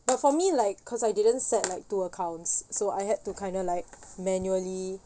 but for me like cause I didn't set like two accounts so I had to kind of like manually